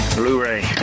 Blu-ray